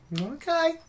Okay